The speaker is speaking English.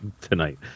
tonight